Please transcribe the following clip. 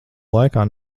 laikā